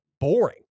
boring